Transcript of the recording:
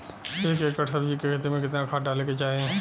एक एकड़ सब्जी के खेती में कितना खाद डाले के चाही?